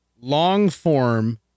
long-form